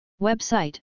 Website